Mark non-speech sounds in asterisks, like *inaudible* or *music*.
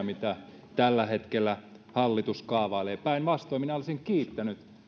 *unintelligible* mitä tällä hetkellä hallitus kaavailee päinvastoin minä olisin kiittänyt